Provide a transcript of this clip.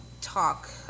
talk